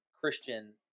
Christian